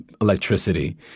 electricity